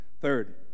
Third